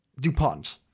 DuPont